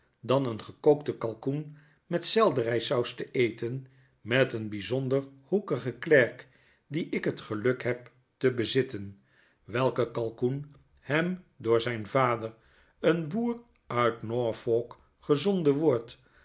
dan een gekookte kalkoen met selderysaus te eten met een byzonder hoekigen klerk dien ik het geluk heb te bezitten welke kalkoen hem door zijn vader een boer uit norfolk gezonden wordt